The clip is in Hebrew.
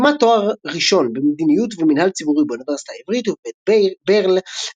סיימה תואר ראשון במדיניות ומינהל ציבורי באוניברסיטה העברית ובבית ברל,